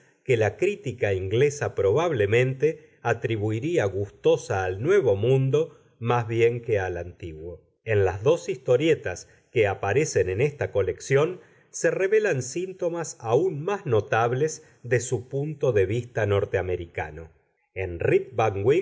que la crítica inglesa probablemente atribuiría gustosa al nuevo mundo más bien que al antiguo en las dos historietas que aparecen en esta colección se revelan síntomas aun más notables de su punto de vista norteamericano